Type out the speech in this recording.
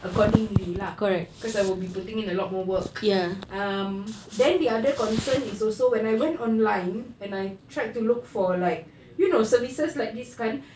accordingly lah cause I will be putting in a lot more work um then the other concern is also when I went online when I tried to look for like you know services like this kan